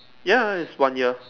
ya it's one year